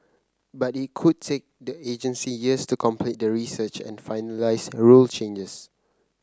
but it could take the agency years to complete the research and finalise rule changes